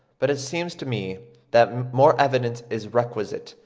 but it seems to me that more evidence is requisite,